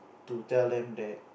to tell them that